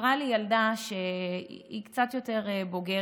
סיפרה לי ילדה שהיא קצת יותר בוגרת: